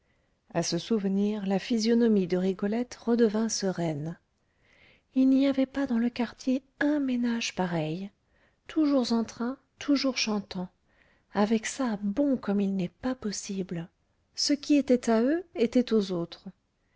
la physionomie de rigolette redevint sereine il n'y avait pas dans le quartier un ménage pareil toujours en train toujours chantant avec ça bons comme il n'est pas possible ce qui était à eux était aux autres